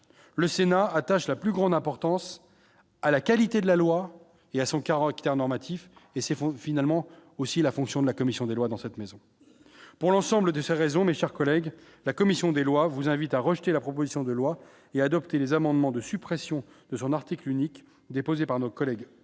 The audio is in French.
le Sénat attache la plus grande importance à la qualité de la loi et à son caractère normatif et s'effondre finalement aussi la fonction de la commission des lois, dans cette maison pour l'ensemble de sa raison, mes chers collègues, la commission des lois vous invite à rejeter la proposition de loi est adopté les amendements de suppression de son article unique déposée par nos collègues